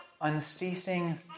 unceasing